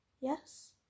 yes